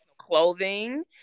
clothing